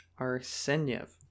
Arsenyev